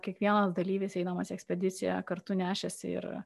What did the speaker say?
kiekvienas dalyvis eidamas į ekspediciją kartu nešėsi ir